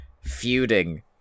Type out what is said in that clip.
feuding